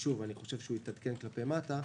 שאני חושב שיתעדכן כלפי מטה,